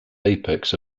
apex